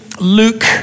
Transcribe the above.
Luke